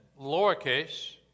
lowercase